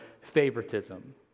favoritism